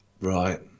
right